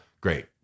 great